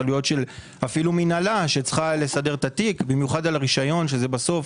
אפילו של מינהלה שצריכה לסדר את התיק במיוחד על הרשיון שזה בסוף.